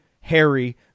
Harry